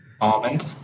Almond